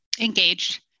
engaged